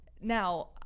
now